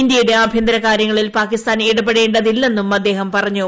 ഇന്ത്യയുടെ ആഭ്യന്തര കാര്യങ്ങളിൽ പാകിസ്ഥാൻ ഇടപെടെണ്ടതില്ലെന്നും അദ്ദേഹം പറഞ്ഞു